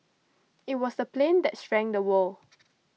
it was the plane that shrank the world